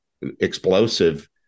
explosive